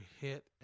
hit